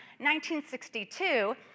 1962